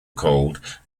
cold